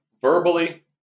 verbally